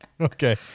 Okay